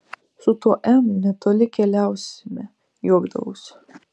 su tuo m netoli keliausime juokdavausi